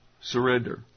surrender